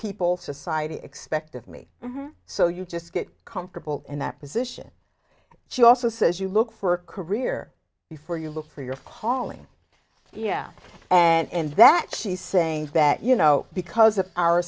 people society expected so you just get comfortable in that position she also says you look for career before you look for your calling yeah and that she's saying that you know because of our